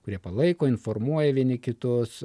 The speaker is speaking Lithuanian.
kurie palaiko informuoja vieni kitus